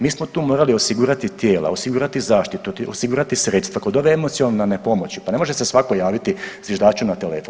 Mi smo tu morali osigurati tijela, osigurati zaštitu, osigurati sredstva, kod ove emocionalne pomoći pa ne može se svako javiti zviždaču na telefon.